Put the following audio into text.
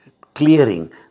clearing